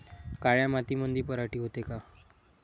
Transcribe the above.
काळ्या मातीमंदी पराटी होते का?